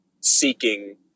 seeking